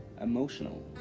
emotional